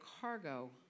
cargo